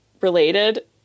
related